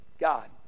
God